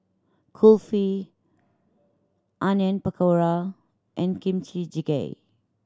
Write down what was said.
Kulfi Onion Pakora and Kimchi Jjigae